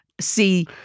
see